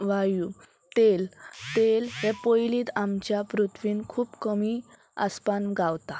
वायू तेल तेल हें पयलींच आमच्या पृथ्वीन खूब कमी आसपान गावता